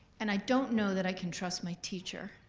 and i don't know that i can trust my teacher,